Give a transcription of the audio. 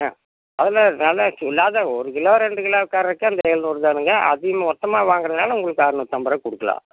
ஆ அதுவும் தான் இருக்கு நல்லாருக்கு இல்லாத ஒருக் கிலோ ரெண்டுக் கிலோ தர்றக்கே அந்த ஏழ்நூறு தானுங்க அதிகமாக மொத்தமாக வாங்குறதுனால உங்களுக்கு அறநூற்றம்பருவா கொடுக்கலாம்